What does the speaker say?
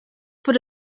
put